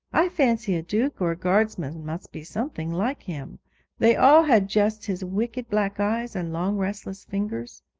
i fancy a duke or a guardsman must be something like him they all had just his wicked black eyes and long restless fingers.